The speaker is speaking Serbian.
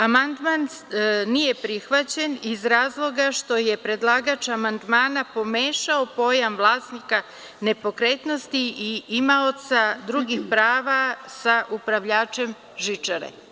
Amandman nije prihvaćen iz razloga što je predlagač amandmana pomešao pojam vlasnika nepokretnosti i imaoca drugih prava sa upravljačem žičare.